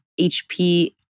HP